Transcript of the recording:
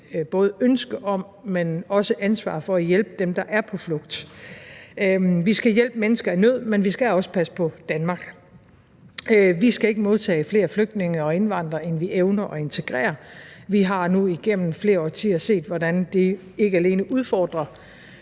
både ønske om, men også ansvar for at hjælpe dem, der er på flugt. Vi skal hjælpe mennesker i nød, men vi skal også passe på Danmark. Vi skal ikke modtage flere flygtninge og indvandrere, end vi evner at integrere. Vi har nu igennem flere årtier set, hvordan det ikke alene udfordrer,